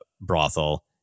brothel